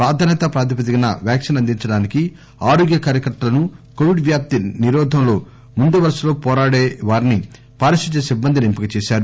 ప్రాధాన్యత ప్రాతిపదికన వ్యాక్సిన్ అందించడానికి ఆరోగ్య కార్యకర్తలు కొవిడ్ వ్యాప్తి నిరోధంలో ముందువరసలో పోరాడే వారిని పారిశుద్ద్య సిబ్బందిని ఎంపిక చేశారు